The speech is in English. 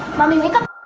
mommy, wake up.